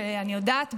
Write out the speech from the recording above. אני יודעת,